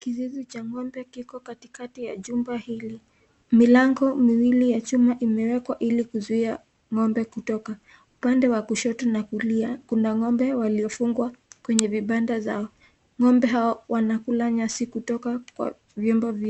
Kizizi cha ngombe kiko katikati ya jumba hili. Milango miwili ya chama imewekwa ili kuzuia ng'ombe kutoka. Upande wa kushoto na kulia kuna ng'ombe waliofungwa kwenye vibanda zao. Ng'ombe hao wanakula nyasi kutoka kwa vyombo vyao.